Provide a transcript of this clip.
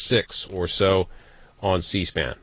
six or so on c span